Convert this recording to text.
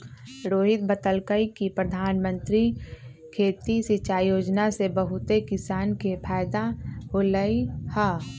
रोहित बतलकई कि परधानमंत्री खेती सिंचाई योजना से बहुते किसान के फायदा होलई ह